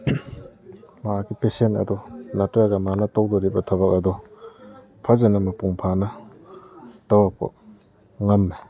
ꯃꯥꯒꯤ ꯄꯦꯁꯦꯟ ꯑꯗꯣ ꯅꯠꯇ꯭ꯔꯒ ꯃꯥꯒꯤ ꯇꯧꯗꯣꯔꯤꯕ ꯊꯕꯛ ꯑꯗꯣ ꯐꯖꯅ ꯃꯄꯨꯡ ꯐꯥꯅ ꯇꯧꯔꯛꯄ ꯉꯝꯃꯦ